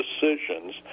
decisions